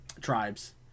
tribes